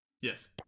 Yes